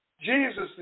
Jesus